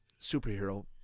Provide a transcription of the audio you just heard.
superhero